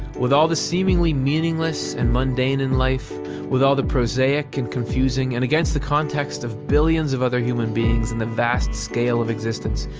with all the seemingly meaningless and mundane in life with all the prosaic and confusing, and against the context of billions of other human beings and the vast scale of existence,